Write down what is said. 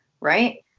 right